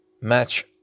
match